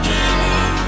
Healing